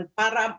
para